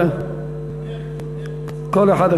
חבר הכנסת